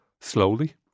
slowly